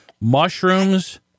mushrooms